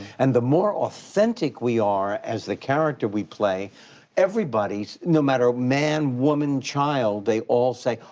and the more authentic we are as the character we play everybody, no matter man, woman, child, they all say,